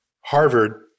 Harvard